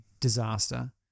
disaster